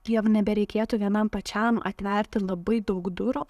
priev nebereikėtų vienam pačiam atverti labai daug durų